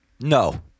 No